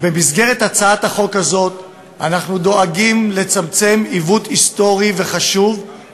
במסגרת הצעת החוק הזאת אנחנו דואגים לצמצום היסטורי וחשוב של עיוות,